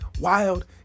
wild